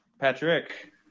Patrick